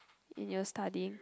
in your studying